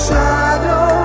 Shadow